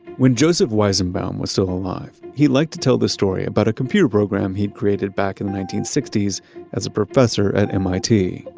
when joseph weizenbaum was still alive, he liked to tell this story about a computer program he'd created back in the nineteen sixty s as a professor at mit.